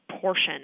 portion